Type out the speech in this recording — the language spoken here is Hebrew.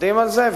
עובדים על זה,